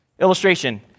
Illustration